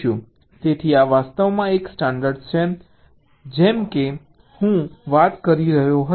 તેથી આ વાસ્તવમાં એક સ્ટાન્ડર્ડ્સ છે જેમ કે હું વાત કરી રહ્યો હતો